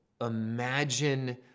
Imagine